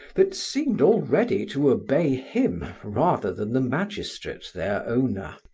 that seemed already to obey him rather than the magistrate their owner.